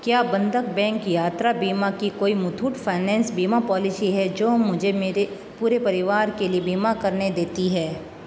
क्या बंधक बैंक यात्रा बीमा की कोई मुथूट फाइनेंस बीमा पॉलिसी है जो मुझे मेरे पूरे परिवार के लिए बीमा करने देती है